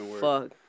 fuck